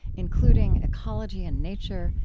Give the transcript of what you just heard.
including ecology and nature,